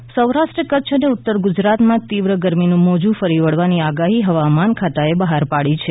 હવામાન સૌરાષ્ટ્ર કચ્છ અને ઉત્તર ગુજરાતમાં તીવ્ર ગરમીનું મોજું ફરી વળવાની આગાહી હવામાન ખાતાએ બહાર પાડી છે